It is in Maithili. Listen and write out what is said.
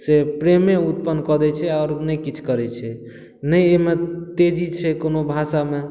से प्रेमे उत्पन्न कऽ दै छै आओर नहि किछु करै छै नहि एहिमे तेजी छै कोनो भाषा मे